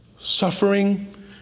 Suffering